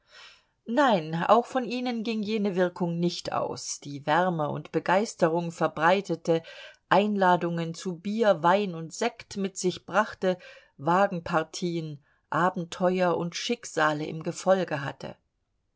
nein auch von ihnen ging jene wirkung nicht aus die wärme und begeisterung verbreitete einladungen zu bier wein und sekt mit sich brachte wagenpartien abenteuer und schicksale im gefolge hatte